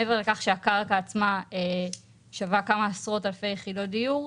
מעבר לכך שהקרקע עצמה שווה כמה עשרות אלפי יחידות דיור.